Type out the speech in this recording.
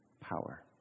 power